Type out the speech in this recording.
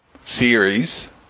series